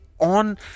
on